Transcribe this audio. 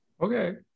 Okay